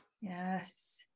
Yes